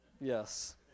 Yes